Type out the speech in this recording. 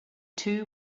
two